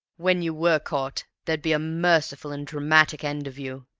when you were caught there'd be a merciful and dramatic end of you.